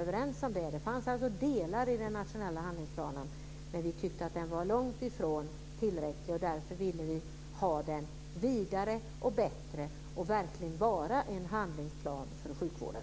överens. Det fanns delar i den nationella handlingsplanen där vi tyckte att den var långt ifrån tillräcklig. Därför ville vi har den vidare, bättre, verkligen en handlingsplan för sjukvården.